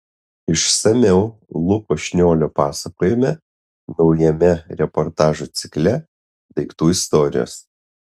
išsamiau luko šniolio pasakojime naujame reportažų cikle daiktų istorijos